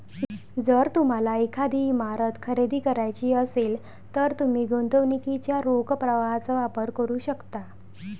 जर तुम्हाला एखादी इमारत खरेदी करायची असेल, तर तुम्ही गुंतवणुकीच्या रोख प्रवाहाचा वापर करू शकता